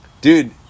Dude